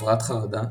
הפרעת חרדה,